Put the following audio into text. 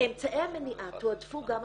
אמצעי המניעה תועדפו גם השנה.